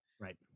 Right